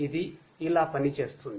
ఇది ఇలా పనిచేస్తుంది